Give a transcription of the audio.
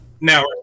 Now